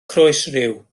croesryw